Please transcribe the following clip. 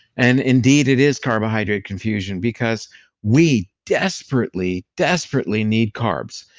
and indeed it is carbohydrate confusion because we desperately, desperately need carbs.